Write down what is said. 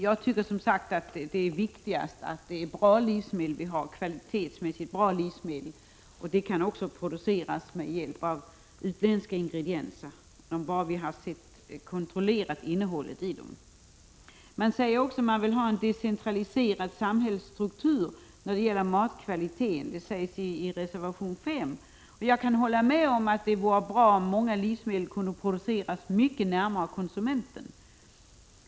Jag tycker, som sagt, att det är viktigast att det är bra livsmedel vi har. Då kan de också produceras med hjälp av utländska ingredienser, bara vi har kontrollerat innehållet i dem. I reservation 5 krävs en decentraliserad samhällsstruktur när det gäller matkvalitet. Jag kan hålla med om att det vore bra om fler livsmedel kunde produceras mycket närmare konsumenten.